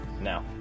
now